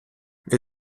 для